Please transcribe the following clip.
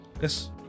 Yes